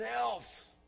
else